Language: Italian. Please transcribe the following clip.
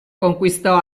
conquistò